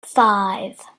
five